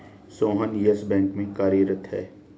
Sohan Yes Bank में कार्यरत है